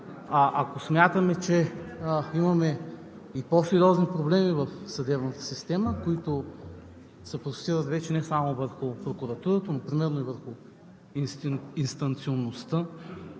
Ако смятаме, че имаме и по-сериозни проблеми в съдебната система, които се простират вече не само върху прокуратурата, но примерно и върху инстанционността,